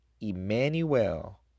Emmanuel